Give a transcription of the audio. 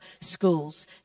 schools